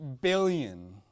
billion